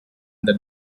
that